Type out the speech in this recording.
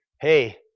Hey